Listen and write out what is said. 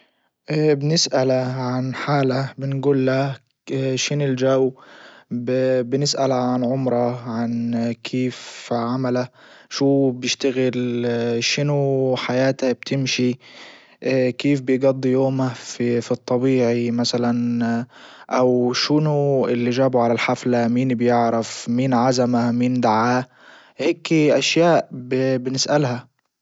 آآ بنسأله عن حالة بنجول له شن الجو بنسأل عن عمرة عن كيف عمله شو بيشتغل شنو حياته بتمشي كيف بيقضي يومه في في الطبيعي مثلا او شنو اللي جابه على الحفلة مين بيعرف مين عزمه مين دعاه هيكي اشياء بنسألها.